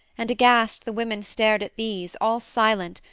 and aghast the women stared at these, all silent,